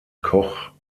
koch